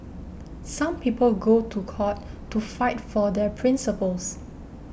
some people go to court to fight for their principles